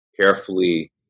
carefully